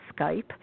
Skype